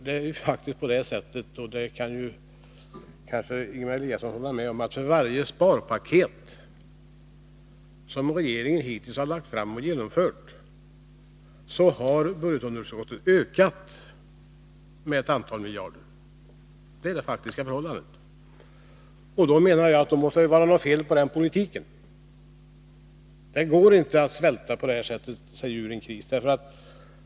Det är ju faktiskt på det sättet — och det kanske Ingemar Eliasson kan hålla med om — att för varje sparpaket som regeringen hittills lagt fram och genomfört, så har budgetunderskottet ökat med ett antal miljarder. Det är det faktiska förhållandet. Då menar jag att det måste vara något fel på den politiken. Det går inte att på detta sätt svälta sig ur krisen.